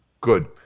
Good